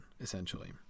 essentially